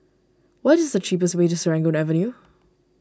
what is the cheapest way to Serangoon Avenue